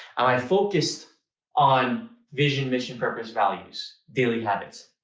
i focused on vision, mission, purpose, values. daily habits.